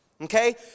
okay